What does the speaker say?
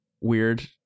weird